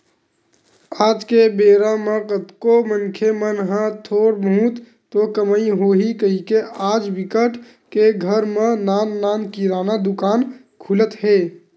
आज के बेरा म कतको मनखे मन ह थोर बहुत तो कमई होही कहिके आज बिकट के घर म नान नान किराना दुकान खुलत हे